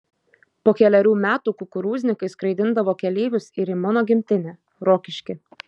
po kelerių metų kukurūznikai skraidindavo keleivius ir į mano gimtinę rokiškį